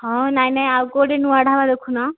ହଁ ନାଇଁ ନାଇଁ ଆଉ କେଉଁଠି ନୂଆ ଢାବା ଦେଖୁନ